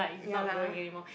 ya lah